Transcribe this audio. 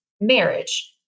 marriage